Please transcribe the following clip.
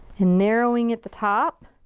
and narrowing at the top.